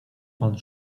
pan